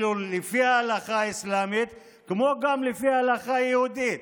לפי ההלכה האסלאמית, כמו גם לפי ההלכה היהודית,